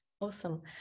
Awesome